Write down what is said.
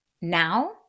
Now